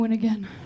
Again